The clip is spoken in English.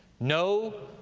no,